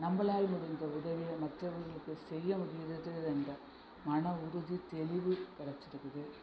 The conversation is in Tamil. நம்மளால் முடிந்த உதவியை மற்றவங்களுக்கு செய்ய முடிகிறது என்ற மன உறுதி தெளிவு கிடச்சிருக்குது